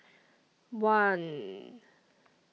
one